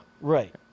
right